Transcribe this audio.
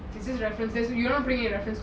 this is references you not putting references